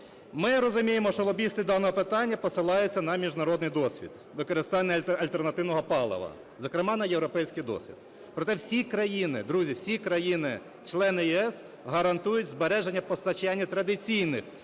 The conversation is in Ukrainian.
Ми розуміємо, що лобісти даного питання посилаються на міжнародний досвід використання альтернативного палива, зокрема, на європейський досвід. Проте всі країни, друзі, всі країни члени ЄС гарантують збереження постачання традиційних